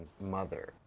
mother